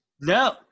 No